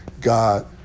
God